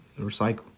Recycle